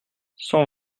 cent